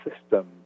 system